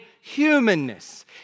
humanness